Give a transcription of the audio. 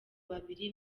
babiri